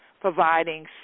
providing